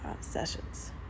sessions